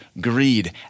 greed